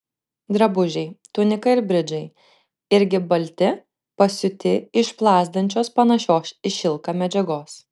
drabužiai tunika ir bridžai irgi balti pasiūti iš plazdančios panašios į šilką medžiagos